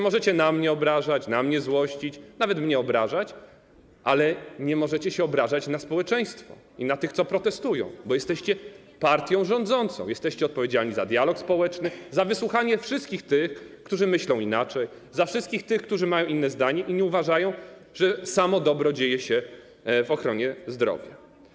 Możecie się na mnie obrażać, na mnie złościć, nawet mnie obrażać, ale nie możecie się obrażać na społeczeństwo i na tych, co protestują, bo jesteście partią rządzącą, jesteście odpowiedzialni za dialog społeczny, za wysłuchanie wszystkich tych, którzy myślą inaczej, wszystkich tych, którzy mają inne zdanie i nie uważają, że samo dobro dzieje się w ochronie zdrowia.